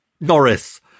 Norris